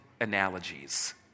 analogies